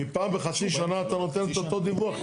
כי פעם בחצי שנה אתה נותן את אותו דיווח כמעט.